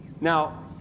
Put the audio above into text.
Now